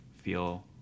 feel